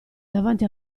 davanti